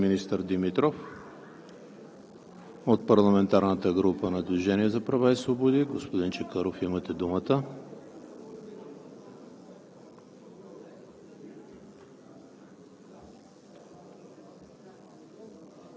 Благодаря, господин Министър. Въпрос към министър Димитров от парламентарната група „Движение за права и свободи“? Господин Чакъров, имате думата.